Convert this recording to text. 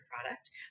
product